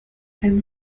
keinen